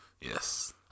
Yes